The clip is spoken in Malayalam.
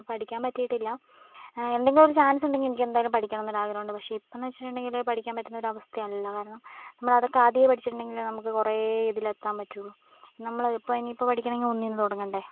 പഠിക്കാൻ പറ്റിയിട്ടില്ല എന്തെങ്കിലും ഒരു ചാൻസ് ഉണ്ടെങ്കിൽ എനിക്കെന്തായാലും പഠിക്കണം എന്ന് ഒരു ആഗ്രഹമുണ്ട് പക്ഷേ ഇപ്പം എന്ന് വെച്ചിട്ടുണ്ടെങ്കിൽ പഠിക്കാൻ പറ്റുന്ന ഒരവസ്ഥയല്ല കാരണം നമ്മളതൊക്കെ ആദ്യമേ പഠിച്ചിട്ടുണ്ടെങ്കിലേ നമുക്ക് കുറേ ഇതിലെത്താൻ പറ്റുള്ളൂ നമ്മളിപ്പോൾ ഇനിയിപ്പോൾ പഠിക്കണമെങ്കിൽ ഒന്നിൽ നിന്ന് തുടങ്ങേണ്ടേ